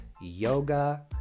yoga